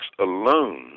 alone